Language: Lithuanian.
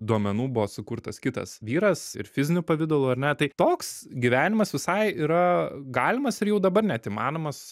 duomenų buvo sukurtas kitas vyras ir fiziniu pavidalu ar ne tai toks gyvenimas visai yra galimas ir jau dabar net įmanomas